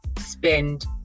spend